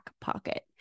pocket